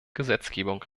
gesetzgebung